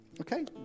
okay